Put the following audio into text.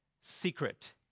secret